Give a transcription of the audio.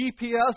GPS